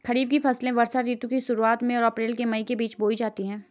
खरीफ की फसलें वर्षा ऋतु की शुरुआत में, अप्रैल से मई के बीच बोई जाती हैं